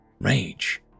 Rage